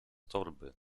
torby